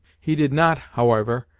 he did not, however,